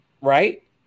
right